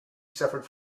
suffered